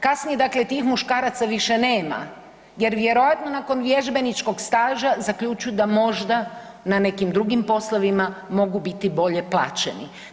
Kasnije dakle tih muškaraca više nema jer vjerojatno nakon vježbeničkog staža zaključuju da možda na nekim drugim poslovima mogu biti bolje plaćeni.